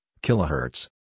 kilohertz